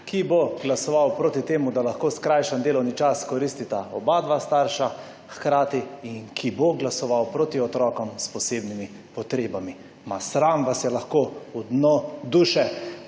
ki bo glasoval proti temu, da lahko skrajšan delovni čas koristita obadva starša hkrati in ki bo glasoval proti otrokom s posebnimi potrebami. Sram vas je lahko v dno duše.